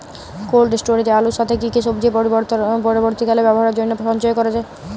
Cold স্টোরেজে আলুর সাথে কি কি সবজি পরবর্তীকালে ব্যবহারের জন্য সঞ্চয় করা যায়?